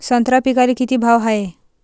संत्रा पिकाले किती भाव हाये?